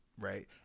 right